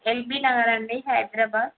LB Nagar అండి హైదరాబాదు